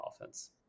offense